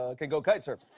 ah can go kite so